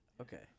okay